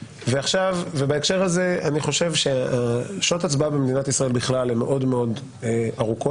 שעות ההצבעה במדינת ישראל בכלל מאוד מאוד ארוכות,